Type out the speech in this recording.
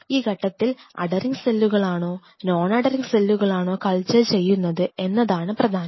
ഈ ഘട്ടത്തിൽ അധെറിങ് സെല്ലുകളാണോ നോൺ അധെറിങ് സെല്ലുകളാണോ കൾച്ചർ ചെയ്യുന്നത് എന്നതാണ് പ്രധാനം